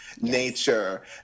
nature